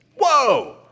Whoa